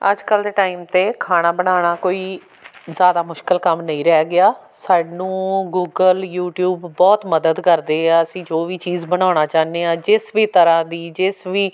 ਅੱਜ ਕੱਲ੍ਹ ਦੇ ਟਾਈਮ 'ਤੇ ਖਾਣਾ ਬਣਾਉਣਾ ਕੋਈ ਜ਼ਿਆਦਾ ਮੁਸ਼ਕਿਲ ਕੰਮ ਨਹੀਂ ਰਹਿ ਗਿਆ ਸਾਨੂੰ ਗੂਗਲ ਯੂਟੀਊਬ ਬਹੁਤ ਮਦਦ ਕਰਦੇ ਆ ਅਸੀਂ ਜੋ ਵੀ ਚੀਜ਼ ਬਣਾਉਣਾ ਚਾਹੁੰਦੇ ਹਾਂ ਜਿਸ ਵੀ ਤਰ੍ਹਾਂ ਦੀ ਜਿਸ ਵੀ